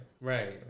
Right